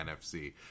nfc